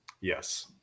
Yes